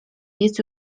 jest